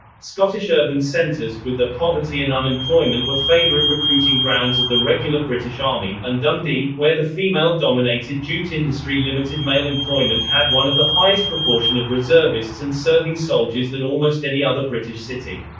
scottish urban centres, with their poverty and unemployment were favourite recruiting grounds of the regular british army, and dundee, where the female dominated jute industry limited male employment had one of the highest proportion of reservists and serving soldiers than almost any other british city.